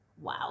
Wow